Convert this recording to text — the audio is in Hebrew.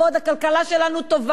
הכלכלה שלנו טובה,